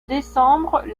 décembre